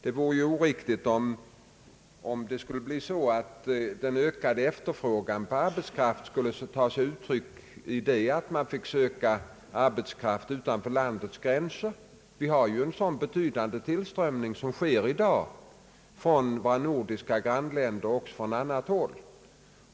Det vore ju oriktigt om det skulle bli på det sättet att den ökade efterfrågan på arbetskraft skulle ta sig uttryck i att man fick söka arbetskraft utanför landets gränser. Det sker en betydande tillströmning i dag från våra nordiska grannländer och från annat håll.